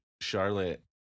Charlotte